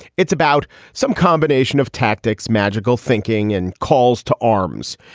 it's about some combination of tactics, magical thinking and calls to arms.